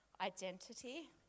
identity